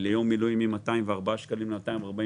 ליום מילואים למי שאינו עובד מ-204 שקלים ל-244.